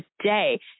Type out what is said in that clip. today